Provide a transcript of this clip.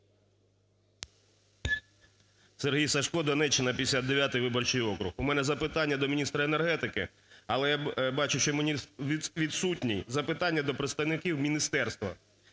Сергій Сажко, Донеччина, 59 виборчий округ. У мене запитання до міністра енергетики, але я бачу, що міністр відсутній. Запитання до представників міністерства.